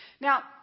Now